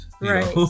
right